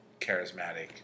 charismatic